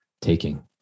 taking